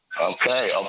Okay